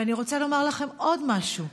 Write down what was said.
ואני רוצה לומר לכם עוד משהו: